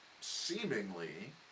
seemingly